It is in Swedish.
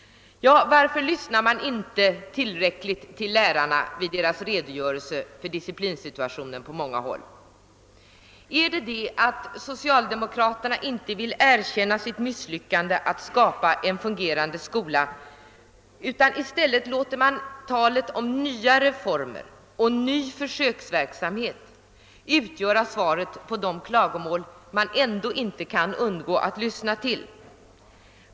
Varför lyssnar man inte tillräckligt till lärarnas redogörelser för disciplinsituationen på många håll? Beror det på att socialdemokraterna inte vill erkänna sitt misslyckande med att skapa en fungerande skola? I stället låter man talet om nya reformer och ny försöksverksamhet utgöra svaret på de klagomål som man ändå inte kan undgå att lyssna till.